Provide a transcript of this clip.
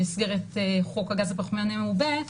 במסגרת חוק הגז הפחמימני המעובה,